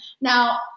Now